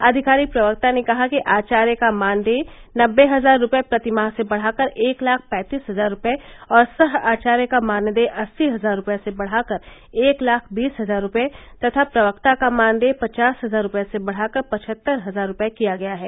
आधिकारिक प्रवक्ता ने कहा कि आचार्य का मानदेय नब्बे हजार रूपये प्रति माह से बढ़ाकर एक लाख पैंतीस हजार रूपये और सह आचार्य का मानदेय अस्सी हजार रूपये से बढ़ाकर एक लाख बीस हजार रूपये तथा प्रवक्ता का मानदेय पचास हजार रूपये से बढ़ाकर पचहत्तर हजार रूपये किया गया है